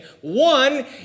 One